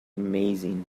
amazing